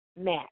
Matt